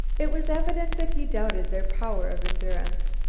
it was evident that he doubted their power of endurance.